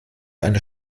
eine